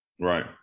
Right